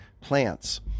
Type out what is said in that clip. plants